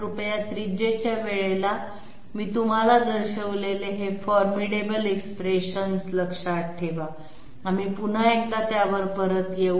कृपया त्रिज्येच्या वेळेस मी तुम्हाला दर्शविलेले ते फोरमीडबल एक्सप्रेशन्स लक्षात ठेवा आम्ही पुन्हा एकदा त्यावर परत येऊ